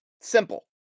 simple